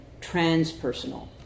transpersonal